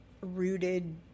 rooted